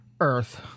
Earth